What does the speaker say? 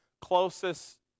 closest